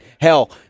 hell